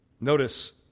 Notice